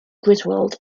griswold